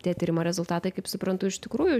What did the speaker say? tie tyrimo rezultatai kaip suprantu iš tikrųjų